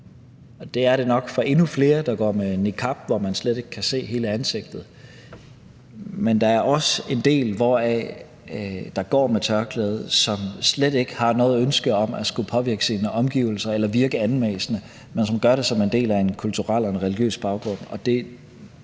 det er det nok for endnu flere, der går med niqab, hvor man slet ikke kan se hele ansigtet. Men der er også en del, der går med tørklæde, som slet ikke har noget ønske om at skulle påvirke deres omgivelser eller virke anmassende, men som gør det som en del af en kulturel og religiøs baggrund.